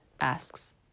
asks